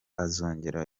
azongera